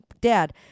Dad